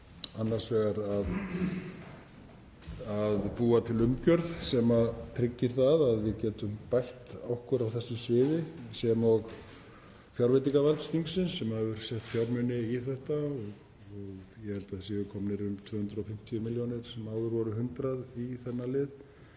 annars vegar til að búa til umgjörð sem tryggir það að við getum bætt okkur á þessu sviði, sem og fjárveitingavald þingsins sem hefur sett fjármuni í þetta. Ég held að það séu komnar um 250 milljónir, sem áður voru 100, í þennan lið.